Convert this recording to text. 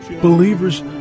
believers